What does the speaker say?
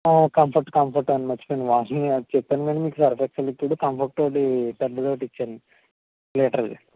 comfort comfort అండి మర్చిపోయాను వాసన చెప్పాను కదా మీకు సర్ఫ్ ఎక్సెల్ లిక్విడ్ కంఫర్ట్ ఒకటి పెద్దది ఒకటి ఇచ్చేయండి లిటర్ది